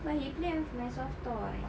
but he play with my soft toys